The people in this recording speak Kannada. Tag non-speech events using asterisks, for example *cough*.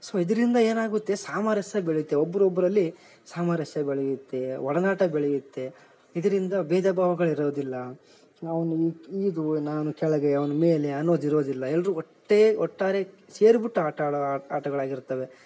ಸೋ ಇದ್ರಿಂದ ಏನಾಗುತ್ತೆ ಸಾಮರಸ್ಯ ಬೆಳೆಯುತ್ತೆ ಒಬ್ರು ಒಬ್ಬರಲ್ಲಿ ಸಾಮರಸ್ಯ ಬೆಳೆಯುತ್ತೆ ಒಡನಾಟ ಬೆಳೆಯುತ್ತೆ ಇದ್ರಿಂದ ಭೇದ ಭಾವಗಳ್ ಇರೋದಿಲ್ಲ ನಾನು *unintelligible* ನಾನು ಕೆಳಗೆ ಅವ್ನು ಮೇಲೆ ಅನ್ನೋದು ಇರೋದಿಲ್ಲ ಎಲ್ಲರು ಒಟ್ಟೆ ಒಟ್ಟಾರೆ ಸೇರ್ಬಿಟ್ಟು ಆಟಾಡೋ ಆಟಗಳಾಗಿರ್ತವೆ